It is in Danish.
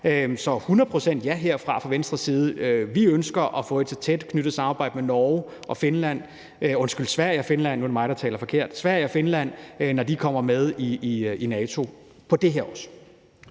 procent ja herfra fra Venstres side. Vi ønsker at få et tæt knyttet samarbejde med Sverige og Finland, når de kommer med i NATO, om det her også.